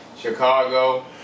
Chicago